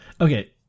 okay